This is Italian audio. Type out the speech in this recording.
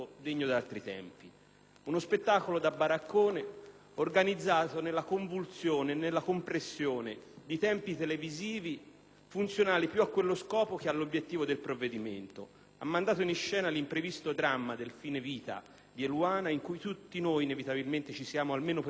uno spettacolo da baraccone organizzato nella convulsione e nella compressione di tempi televisivi funzionali più a quello scopo che all'obiettivo del provvedimento: ha mandato in scena l'imprevisto dramma del fine vita di Eluana in cui tutti noi inevitabilmente ci siamo, almeno per un attimo, impersonati,